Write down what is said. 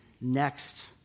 next